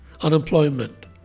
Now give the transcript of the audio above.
unemployment